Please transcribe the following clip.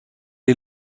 est